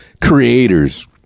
creators